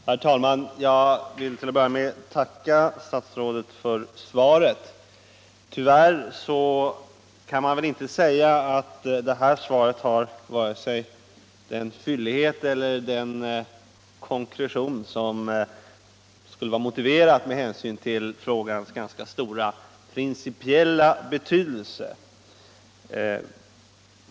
Herr talman! Jag vill till att börja med tacka statsrådet för svaret. Tyvärr kan man inte säga att det här svaret har vare sig den fyllighet eller den konkretion som skulle vara motiverat med hänsyn till frågans ganska stora principiella betydelse.